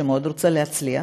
שמאוד רוצה להצליח,